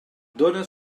dóna